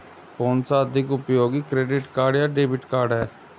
कौनसा अधिक उपयोगी क्रेडिट कार्ड या डेबिट कार्ड है?